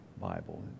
Bible